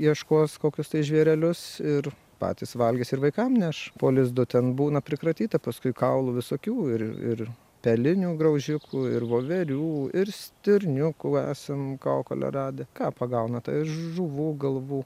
ieškos kokius tai žvėrelius ir patys valgys ir vaikam neš po lizdo ten būna prikratyta paskui kaulų visokių ir ir pelinių graužikų ir voverių ir stirniukų esam kaukolę radę ką pagauna tai ir žuvų galvų